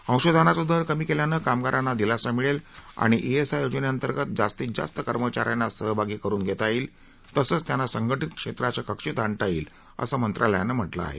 अंशदानाचा दर कमी केल्यानं कामगारांना दिलासा मिळेल आणि इएसआय योजनेअंतर्गत जास्तीत जास्त कर्मचाऱ्यांना सहभागी करुन घेता येईल तसंच त्यांना संघटीत क्षेत्राच्या कक्षेत आणता येईल असं मंत्रालयानं म्हटलं आहे